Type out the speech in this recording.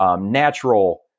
natural